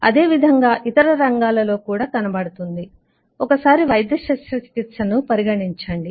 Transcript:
అదే విధంగాఇతర రంగాలలో కూడా కనబడుతుంది ఒకసారి వైద్య శస్త్రచికిత్సను పరిగణించండి